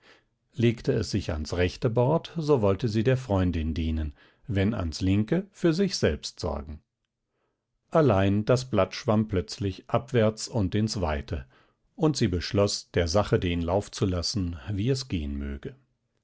legte es sich ans rechte bord so wollte sie der freundin dienen wenn ans linke für sich selbst sorgen allein das blatt schwamm plötzlich abwärts und ins weite und sie beschloß der sache den lauf zu lassen wie es gehen möge